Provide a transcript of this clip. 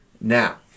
now